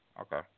Okay